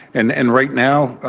and and right now,